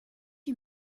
you